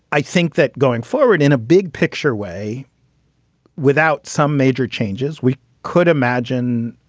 i think that going forward in a big picture way without some major changes, we could imagine